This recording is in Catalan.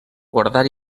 guardar